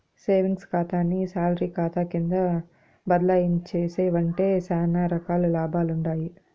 savings కాతాని salary కాతా కింద బదలాయించేశావంటే సానా రకాల లాభాలుండాయి